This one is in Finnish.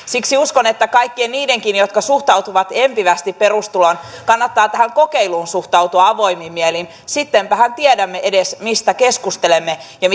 siksi uskon että kaikkien niidenkin jotka suhtautuvat empivästi perustuloon kannattaa tähän kokeiluun suhtautua avoimin mielin sittenpähän tiedämme edes mistä keskustelemme ja